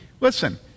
Listen